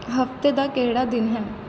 ਹਫ਼ਤੇ ਦਾ ਕਿਹੜਾ ਦਿਨ ਹੈ